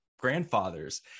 grandfathers